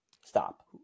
Stop